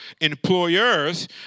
employers